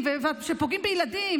באנשים שפוגעים בילדים,